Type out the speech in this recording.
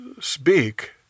Speak